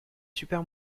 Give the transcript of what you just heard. super